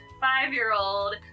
five-year-old